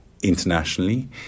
internationally